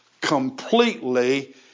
completely